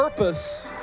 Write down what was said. Purpose